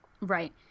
Right